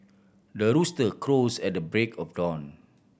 the rooster crows at the break of dawn